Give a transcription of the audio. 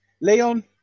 Leon